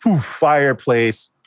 fireplace